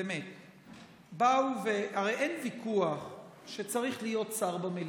הרי אין ויכוח שצריך להיות שר במליאה.